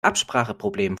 abspracheproblem